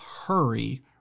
hurry